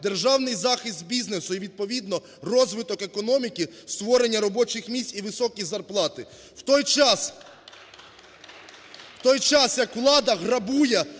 державний захист бізнесу і, відповідно, розвиток економіки, створення робочих місць і високі зарплати. В той час… (Оплески)